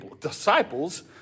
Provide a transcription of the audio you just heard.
disciples